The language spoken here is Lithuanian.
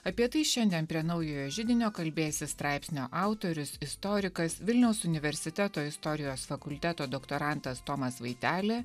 apie tai šiandien prie naujojo židinio kalbėsis straipsnio autorius istorikas vilniaus universiteto istorijos fakulteto doktorantas tomas vaitelė